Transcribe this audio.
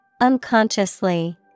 Unconsciously